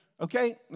Okay